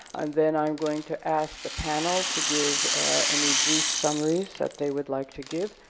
and then i'm going to ask the panel to give any brief summaries that they would like to give,